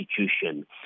institution